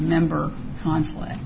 member conflict